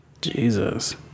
Jesus